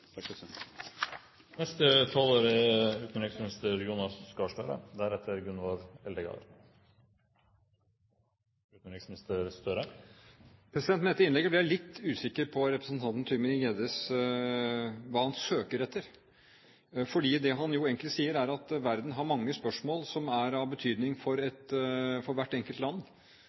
dette innlegget ble jeg litt usikker på hva representanten Tybring-Gjedde søker etter. Det han egentlig sier, er at verden har mange spørsmål som er av betydning for hvert enkelt land